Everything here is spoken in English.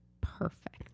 perfect